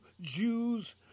Jews